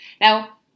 Now